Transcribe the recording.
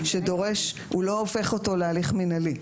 הוא לא הופך אותו להליך מינהלי.